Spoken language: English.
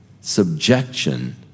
subjection